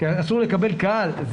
אסור לקבל קהל.